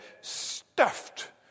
stuffed